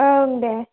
ओं दे